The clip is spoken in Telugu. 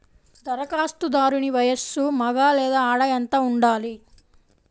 ధరఖాస్తుదారుని వయస్సు మగ లేదా ఆడ ఎంత ఉండాలి?